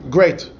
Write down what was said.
Great